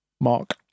mark